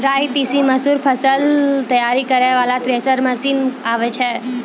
राई तीसी मसूर फसल तैयारी करै वाला थेसर मसीन आबै छै?